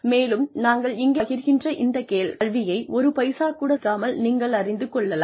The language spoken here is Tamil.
மேலும் நாங்கள் இங்கே பகிர்கின்ற இந்த கல்வியை ஒரு பைசா கூட செலவழிக்காமல் நீங்கள் அறிந்து கொள்ளலாம்